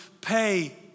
pay